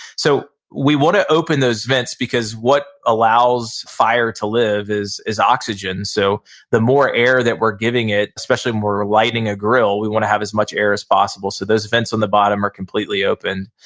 so we wanna open those vents because what allows fire to live is is oxygen, so the more air that we're giving it especially when we're lighting a grill, we wanna have as much air as possible so those vents um the bottom are completely open.